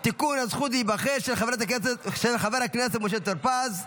(תיקון הזכות להיבחר), של חבר הכנסת משה טור פז.